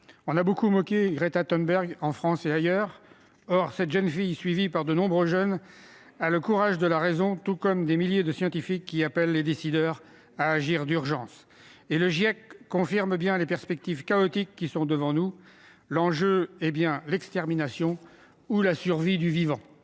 On a beaucoup moqué Greta Thunberg en France et ailleurs. Or cette jeune fille, suivie par de nombreux jeunes, a le courage de la raison, tout comme les milliers de scientifiques qui appellent les décideurs à agir d'urgence. Le GIEC confirme les perspectives chaotiques qui sont devant nous : l'enjeu est bien l'extermination ou la survie du vivant.